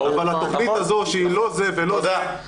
אבל התכנית הזאת שהיא לא זה ולא זה,